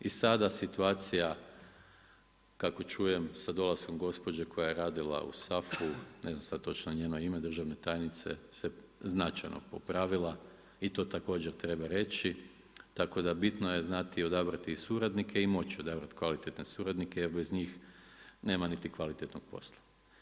I sada situacija, kako čujem, sa dolaskom gospođe koja je radila u SAFU, ne znam točno njeno ime, državne tajnice se značajno popravila i to također treba reći tako da bitno je znati izabrati suradnike i moći odabrati kvalitetne suradnike, jer bez njih nema niti kvalitetnog posla.